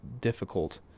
difficult